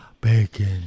Bacon